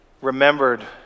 remembered